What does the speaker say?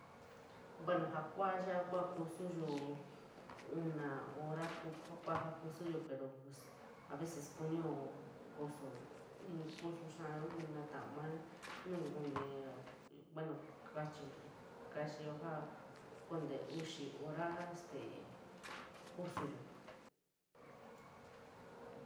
Cuano, ja kua ya kusoyo, una hora kua kua a vees kuu kusoo uni kusu xdayo nini tau ma nuyo konte, bueno kachio ja konte uxi hora este kusoyo.